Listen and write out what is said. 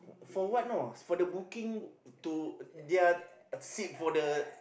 for what know for the booking to their seat for the